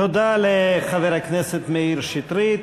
תודה לחבר הכנסת מאיר שטרית.